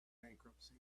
bankruptcy